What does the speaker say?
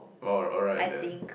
oh alright then